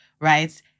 right